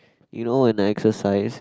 you know when I exercise